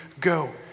go